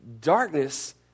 darkness